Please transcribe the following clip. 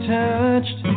touched